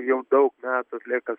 jau daug metų atlieka